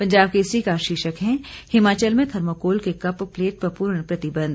पंजाब केसरी का शीर्षक है हिमाचल में थर्मोकोल के कप प्लेट पर पूर्ण प्रतिबंध